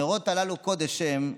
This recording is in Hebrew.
הנרות הללו קודש הם,